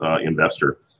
investor